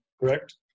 correct